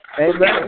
Amen